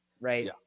Right